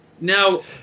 Now